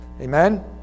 Amen